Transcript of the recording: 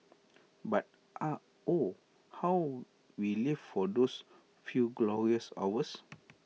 but oh how we lived for those few glorious hours